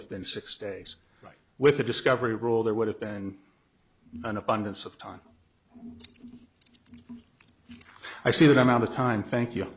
have been six days with the discovery rule there would have been an abundance of time i see that amount of time thank you